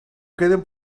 queden